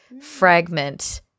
fragment